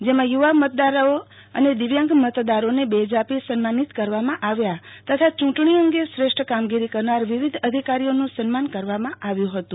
જેમાં યુવા મતદારોઅને દિવ્યાંગ મતદારોને બેઝ આપી સન્માનિત કરવામાં આવ્યા તથા ચુંટણી અંગે શ્રેષ્ઠ કામગીરી કરનાર વિવિધ અધિકારીઓનું સન્માન કરવામાં આવ્યુ હતું